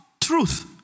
truth